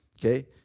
Okay